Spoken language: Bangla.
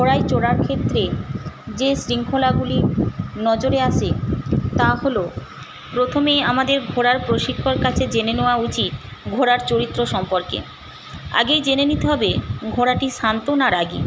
ঘোড়ায় চড়ার ক্ষেত্রে যে শৃঙ্খলাগুলি নজরে আসে তা হল প্রথমে আমাদের ঘোড়ার প্রশিক্ষকের জেনে নেওয়া উচিত ঘোড়ার চরিত্র সম্পর্কে আগেই জেনে নিতে হবে ঘোড়াটি শান্ত না রাগী